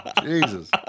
Jesus